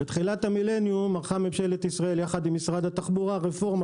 בתחילת המילניום ערכה ממשלת ישראל ביחד עם משרד התחבורה רפורמה